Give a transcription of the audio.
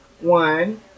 one